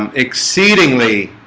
um exceedingly